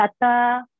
data